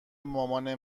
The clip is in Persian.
مامانه